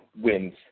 wins